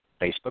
Facebook